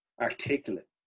articulate